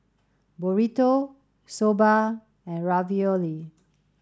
Burrito Soba and Ravioli